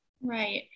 Right